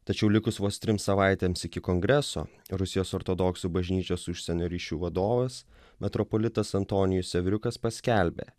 tačiau likus vos trims savaitėms iki kongreso rusijos ortodoksų bažnyčios užsienio ryšių vadovas metropolitas antonijus sevriukas paskelbė